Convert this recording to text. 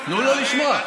תנו לשמוע.